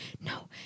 no